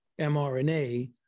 mRNA